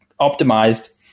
optimized